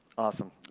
Awesome